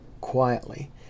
quietly